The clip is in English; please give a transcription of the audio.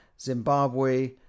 zimbabwe